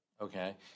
Okay